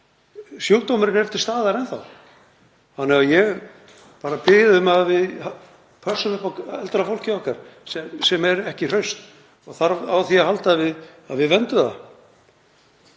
Sjúkdómurinn er enn til staðar þannig að ég bið um að við pössum upp á eldra fólkið okkar sem er ekki hraust og þarf á því að halda að við verndum það.